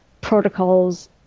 protocols